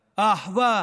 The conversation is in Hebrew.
האחווה,